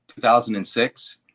2006